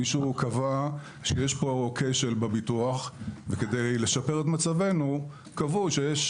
מישהו קבע שיש כשל בביטוח וכדי לשפר מצבנו קבעו שיש